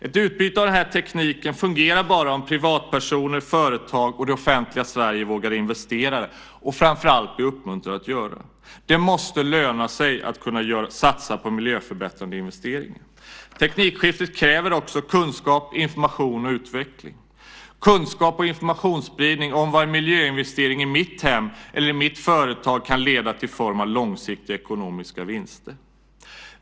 Ett utbyte av den här tekniken fungerar bara om privatpersoner, företag och det offentliga Sverige vågar investera och framför allt blir uppmuntrade att göra det. Det måste löna sig att satsa på miljöförbättrande investeringar. Teknikskiftet kräver också kunskap, information och utveckling. Det krävs kunskaps och informationsspridning om vad en miljöinvestering i mitt hem eller i mitt företag kan leda till i form av långsiktiga ekonomiska vinster.